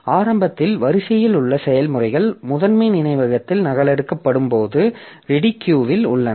ஆரம்பத்தில் வரிசையில் உள்ள செயல்முறைகள் முதன்மை நினைவகத்தில் நகலெடுக்கப்படும்போது ரெடி கியூ இல் உள்ளன